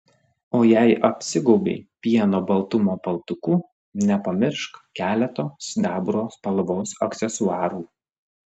o jei apsigaubei pieno baltumo paltuku nepamiršk keleto sidabro spalvos aksesuarų